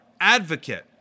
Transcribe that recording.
advocate